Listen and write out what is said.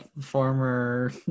former